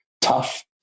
tough